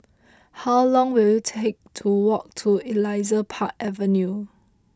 how long will it take to walk to Elias Park Avenue